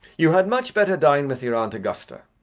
you had much better dine with your aunt augusta.